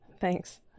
Thanks